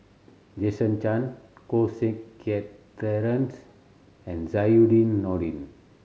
Jason Chan Koh Seng Kiat Terence and Zainudin Nordin